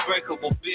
unbreakable